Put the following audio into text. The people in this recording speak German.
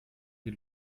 die